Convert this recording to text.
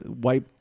wipe